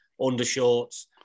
undershorts